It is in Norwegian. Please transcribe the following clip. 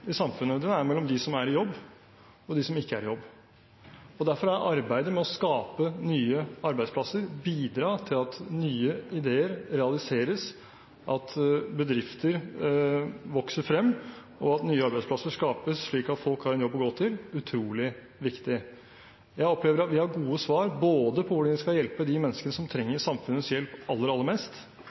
i samfunnet er mellom dem som er i jobb, og dem som ikke er i jobb. Derfor er arbeidet med å skape nye arbeidsplasser, bidra til at nye ideer realiseres, at bedrifter vokser frem, slik at folk har en jobb å gå til, utrolig viktig. Jeg opplever at vi har gode svar både på hvordan vi skal hjelpe de menneskene som trenger samfunnets hjelp aller mest,